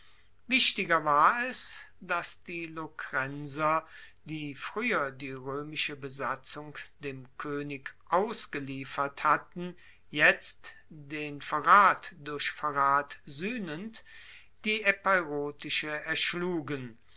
wichtiger war es dass die lokrenser die frueher die roemische besatzung dem koenig ausgeliefert hatten jetzt den verrat durch verrat suehnend die epeirotische erschlugen